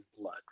blood